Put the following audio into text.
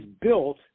built